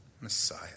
Messiah